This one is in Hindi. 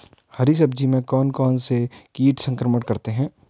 हरी सब्जी में कौन कौन से कीट संक्रमण करते हैं?